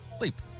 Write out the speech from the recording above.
Leap